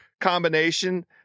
combination